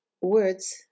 words